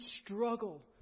struggle